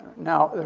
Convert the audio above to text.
now, ah,